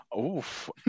Oof